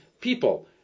people